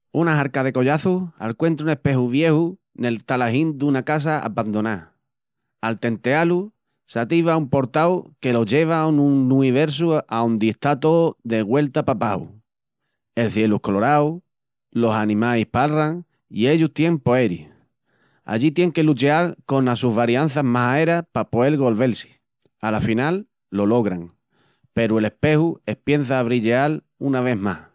Una harca de collaçus alcuentra un espeju vieju nel talahín duna casa abandoná. Al tenteá-lu, s'ativa un portau que los lleva a un nuiversu aondi está tó de güelta p'abaxu; el cielu es colorau, los animais palran i ellus tien poeris. Allí tien que lucheal conas sus varianças majaeras pa poel golvel-si. Ala final lo logran, peru el espeju espiença a brilleal una ves más.